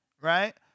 right